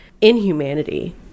inhumanity